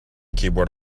keyboard